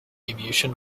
aviation